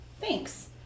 Thanks